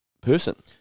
person